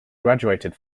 graduated